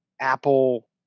Apple